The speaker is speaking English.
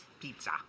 Pizza